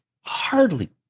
Hardly